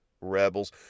Rebels